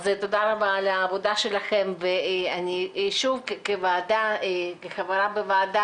אז תודה רבה על העבודה שלכם ואני שוב כחברה בוועדה,